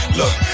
Look